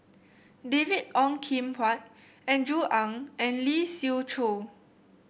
David Ong Kim Huat Andrew Ang and Lee Siew Choh